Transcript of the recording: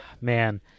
Man